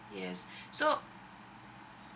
yes so